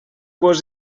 vos